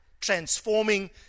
transforming